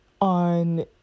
on